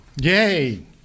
Yay